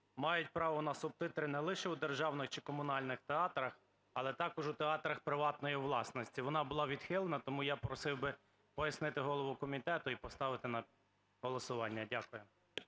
мають право на субтитри не лише у державних чи комунальних театрах, але також у театрах приватної власності, вона була відхилена. Тому я просив би пояснити голову комітету і поставити на голосування. Дякую.